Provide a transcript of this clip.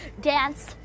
Dance